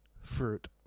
Fruit